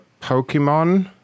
Pokemon